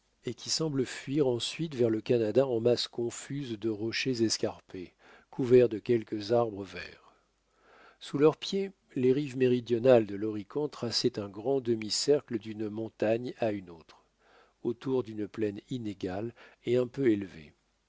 et qui semble fuir ensuite vers le canada en masses confuses de rochers escarpés couverts de quelques arbres verts sous leurs pieds les rives méridionales de l'horican traçaient un grand demi-cercle d'une montagne à une autre autour d'une plaine inégale et un peu élevée